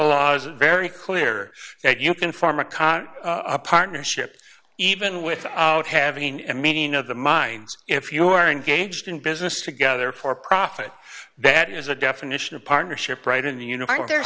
is very clear that you can form a car a partnership even with out having a meeting of the minds if you are engaged in business together for profit that is a definition of partnership right in the universe are there